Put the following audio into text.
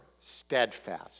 steadfast